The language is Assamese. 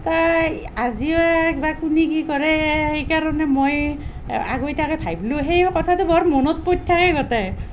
তাই আজি বা বা কুনি কি কৰে সেইকাৰণে মই থাকে গটেই